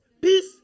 peace